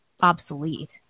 obsolete